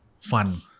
fun